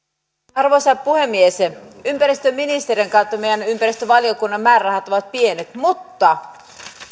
arvoisa puhemies ympäristöministeriön kautta meidän ympäristövaliokunnan määrärahat ovat pienet mutta